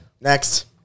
next